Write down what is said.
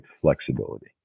flexibility